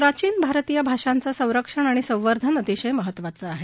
प्राचीन भारतीय भाषांचं संरक्षण अणि संवर्धनअतिशय महत्त्वाचं आहे